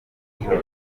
nijoro